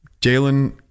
Jalen